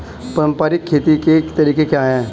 पारंपरिक खेती के तरीके क्या हैं?